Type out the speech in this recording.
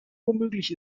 womöglich